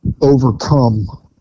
overcome